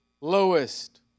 lowest